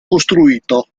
costruito